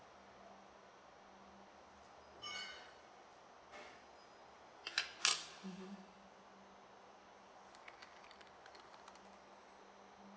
mmhmm